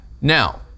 Now